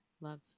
Love